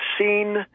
seen